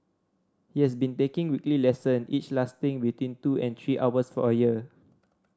he has been taking weekly lesson each lasting between two and three hours for a year